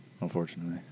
Unfortunately